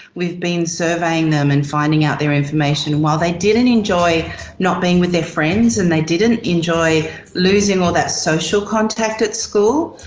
we've been surveying them, and finding out their information. while they didn't enjoy not being with their friends, and they didn't enjoy losing all that social contact at school,